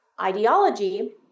ideology